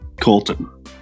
colton